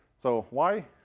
so why?